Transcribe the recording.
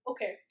Okay